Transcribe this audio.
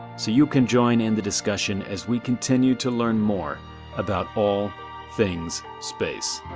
so you can join and the discussion as we continue to learn more about all things space.